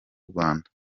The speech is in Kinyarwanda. rwanda